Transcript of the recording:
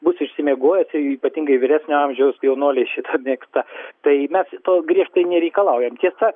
bus išsimiegojęs ir ypatingai vyresnio amžiaus jaunuoliai šitą mėgsta tai mes to griežtai nereikalaujam tiesa